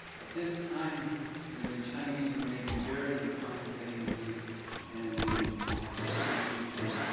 at this time you know the chinese were making very refined things and and in the sixteenth century,